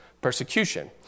persecution